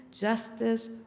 justice